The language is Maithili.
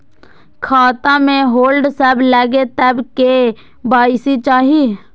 खाता में होल्ड सब लगे तब के.वाई.सी चाहि?